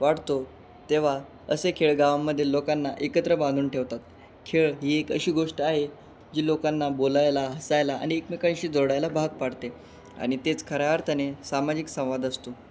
वाढतो तेव्हा असे खेडेगावांमध्ये लोकांना एकत्र बांधून ठेवतात खेळ ही एक अशी गोष्ट आहे जी लोकांना बोलायला हसायला आणि एकमेकांशी जोडायला भाग पाडते आणि तेच खऱ्या अर्थाने सामाजिक संवाद असतो